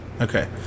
Okay